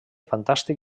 fantàstic